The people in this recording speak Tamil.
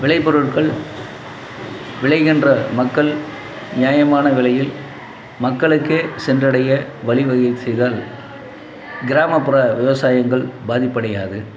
விலை பொருட்கள் விளைகின்ற மக்கள் நியாயமான விலையில் மக்களுக்கே சென்றடைய வழி வகை செய்தால் கிராமப்புற விவசாயங்கள் பாதிப்படையாது